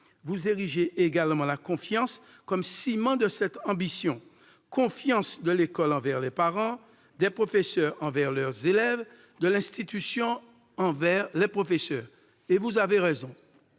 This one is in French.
Vous érigez également la confiance comme ciment de cette ambition : confiance de l'école envers les parents, des professeurs envers leurs élèves, de l'institution envers les professeurs. Vous avez raison.